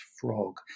Frog